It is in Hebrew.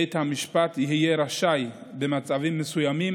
בית המשפט יהיה רשאי במצבים מסוימים,